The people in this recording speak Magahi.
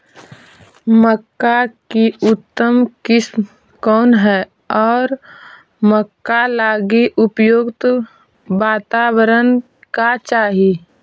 मक्का की उतम किस्म कौन है और मक्का लागि उपयुक्त बाताबरण का चाही?